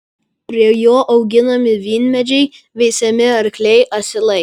prie jo auginami vynmedžiai veisiami arkliai asilai